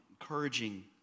encouraging